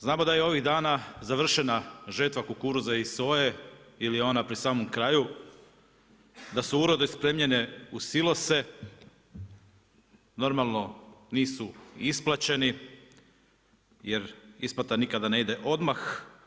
Znamo da je ovih dana završena žetva kukuruza iz soje ili je ona pri samom kraju, da su urodi spremljene u silose, normalno nisu isplaćeni jer isplata nikada ne ide odmah.